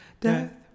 Death